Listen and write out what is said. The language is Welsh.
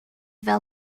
fel